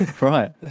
Right